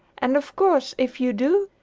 and of course, if you do,